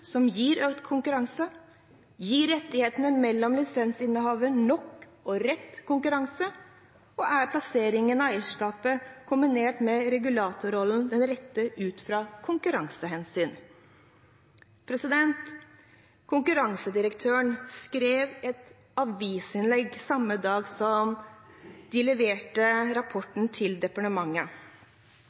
som gir økt konkurranse? Gir rettighetene mellom lisensinnehavere nok og rett konkurranse? Og er plasseringen av eierskapet kombinert med regulatorrollen den rette ut fra konkurransehensyn? Konkurransedirektøren skrev et avisinnlegg samme dag som de leverte rapporten til departementet.